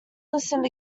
listened